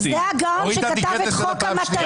זה "הגאון" שכתב את חוק המתנות.